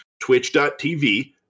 Twitch.tv